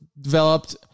developed